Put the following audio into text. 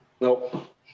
Nope